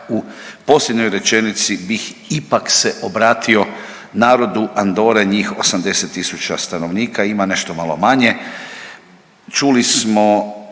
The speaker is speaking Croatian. u posljednjoj rečenici bih ipak se obratio narodu Andore, njih 80000 stanovnika ima nešto malo manje. Čuli smo